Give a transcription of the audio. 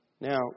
Now